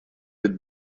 with